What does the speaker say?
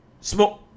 Smoke